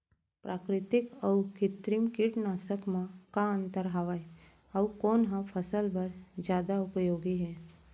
प्राकृतिक अऊ कृत्रिम कीटनाशक मा का अन्तर हावे अऊ कोन ह फसल बर जादा उपयोगी हे?